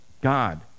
God